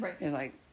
Right